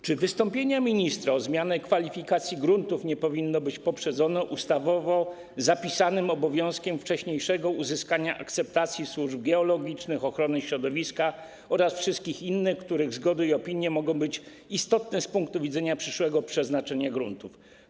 Czy wystąpienie ministra o zmianę kwalifikacji gruntów nie powinno być poprzedzone ustawowo zapisanym obowiązkiem wcześniejszego uzyskania akceptacji służb geologicznych, ochrony środowiska oraz wszystkich innych, których zgody i opinie mogą być istotne z punktu widzenia przyszłego przeznaczenia gruntów?